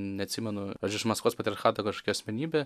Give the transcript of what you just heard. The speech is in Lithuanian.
neatsimenu aš iš maskvos patriarchato kažkokia asmenybė